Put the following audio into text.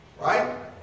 Right